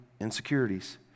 insecurities